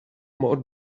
more